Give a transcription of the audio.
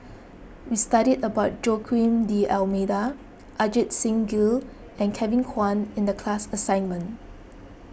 we studied about Joaquim D'Almeida Ajit Singh Gill and Kevin Kwan in the class assignment